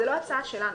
זאת לא הצעה שלנו.